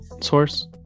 source